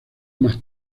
más